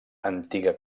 antiga